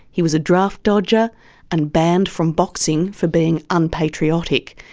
he was a draft-dodger and banned from boxing for being unpatriotic.